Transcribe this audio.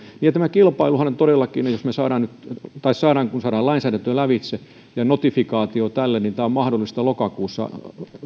ja todellakin jos me saamme tai kun saamme lainsäädännön lävitse ja notifikaation tälle niin on mahdollista lokakuussa